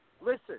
Listen